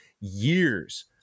years